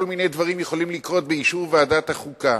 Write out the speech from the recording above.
מיני דברים יכולים לקרות באישור ועדת החוקה,